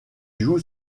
joue